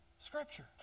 Scripture